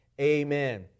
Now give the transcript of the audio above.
amen